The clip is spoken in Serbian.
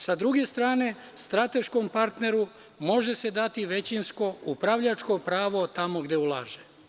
Sa druge strane, strateškom partneru može se dati većinsko upravljačko pravo tamo gde ulaže.